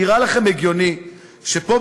נראה לכם הגיוני שפה,